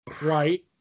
Right